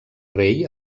rei